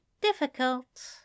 difficult